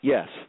Yes